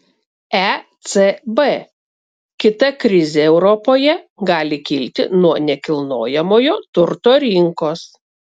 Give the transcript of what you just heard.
ecb kita krizė europoje gali kilti nuo nekilnojamojo turto rinkos